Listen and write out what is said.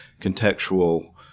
contextual